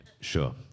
Sure